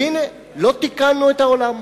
והנה אנחנו לא תיקנו את העולם.